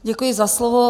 Děkuji za slovo.